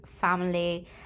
family